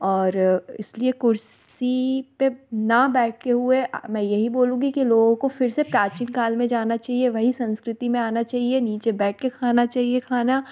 और इस लिए कुर्सी पर ना बैठते हुए मैं यही बोलूँगी कि लोगों को फिर से प्राचीन काल में जाना चाहिए वही संस्कृति में आना चाहिए नीचे बैठ के खाना चाहिए खाना